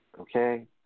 okay